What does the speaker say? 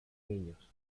niños